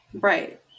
right